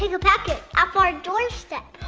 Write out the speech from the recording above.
take a package off our door step!